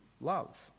love